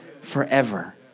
forever